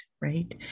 right